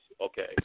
okay